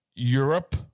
Europe